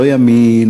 לא ימין,